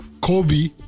Kobe